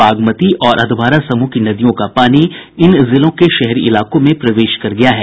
बागमती और अधवारा समूह की नदियों का पानी इन जिलों के शहरी इलाकों में प्रवेश कर गया है